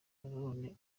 nanone